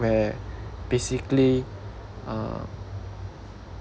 where basically uh